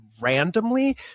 randomly